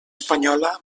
espanyola